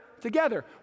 together